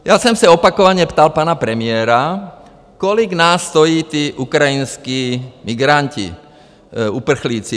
Já jsem se opakovaně ptal pana premiéra, kolik nás stojí tí ukrajinští migranti, uprchlíci?